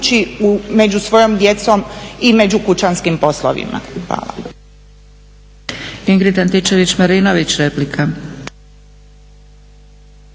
među svojom djecom i među kućanskim poslovima.